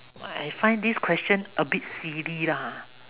I find this question a bit silly lah